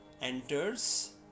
enters